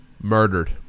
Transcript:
murdered